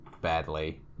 badly